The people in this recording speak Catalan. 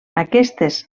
aquestes